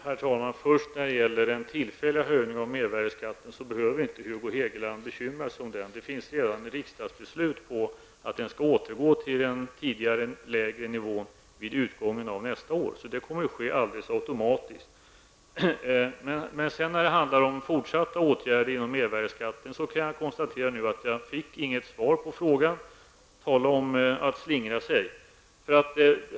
Herr talman! När det gäller den tillfälliga höjningen av mervärdeskatten behöver inte Hugo Hegeland bekymra sig. Det finns redan ett riksdagsbeslut om att skatten skall återgå till den tidigare lägre nivån vid utgången av nästa år. Det kommer att ske alldeles automatiskt. Beträffande fortsatta åtgärder rörande mervärdeskatten kan jag konstatera att jag inte fick något svar på frågan. Tala inte om att slingra sig!